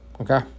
Okay